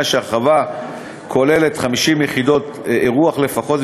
שההרחבה כוללת 50 יחידות אירוח לפחות,